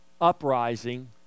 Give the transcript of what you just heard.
uprising